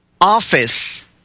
office